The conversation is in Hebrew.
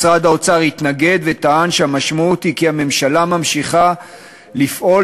משרד האוצר התנגד וטען שהמשמעות היא שהממשלה ממשיכה לפעול,